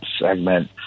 segment